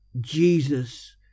Jesus